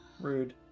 rude